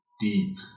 deep